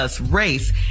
race